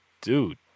dude